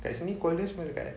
kat sini pun dekat kan